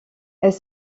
elle